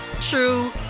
true